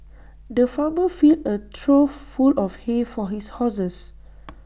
the farmer filled A trough full of hay for his horses